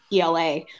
ELA